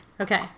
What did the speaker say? Okay